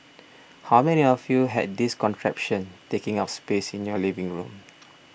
how many of you had this contraption taking up space in your living room